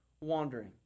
wandering